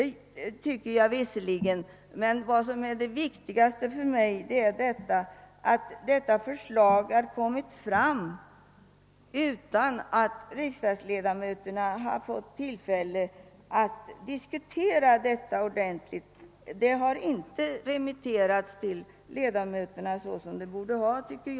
Det tycker jag visserligen, men vad som är det viktigaste för mig är, att detta förslag har framlagts utan att riksdagsledamöterna har fått diskutera detta ordentligt. Det har inte remitterats till ledamöterna såsom enligt min mening borde ha skett.